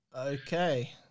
Okay